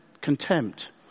contempt